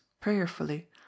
prayerfully